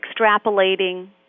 extrapolating